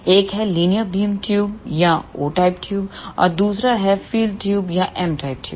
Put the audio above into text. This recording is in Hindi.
एक है लीनियर बीम ट्यूब या O टाइप ट्यूब और दूसरा है फील्ड ट्यूब या M टाइप ट्यूब